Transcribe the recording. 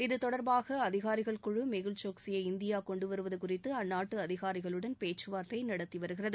இது தொடா்பாக அதிகாரிகள் குழு மெகுல் சோக்சியை இந்தியா கொண்டு வருவது குறித்து அந்நாட்டு அதிகாரிகளுடன் பேச்சுவார்த்தை நடத்தி வருகிறது